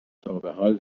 تابحال